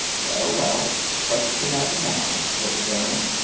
well, well what's the matter now? said the baron.